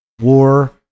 war